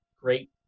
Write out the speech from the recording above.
great